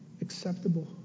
acceptable